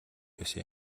байсан